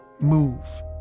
Move